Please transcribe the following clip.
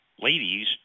Ladies